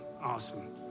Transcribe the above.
awesome